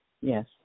yes